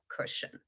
cushion